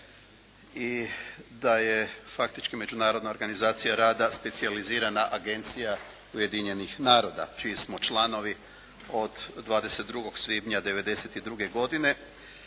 i da je faktički Međunarodna organizacija rada specijalizirana agencija Ujedinjenih naroda čiji smo članovi od 22. svibnja 1992. godine.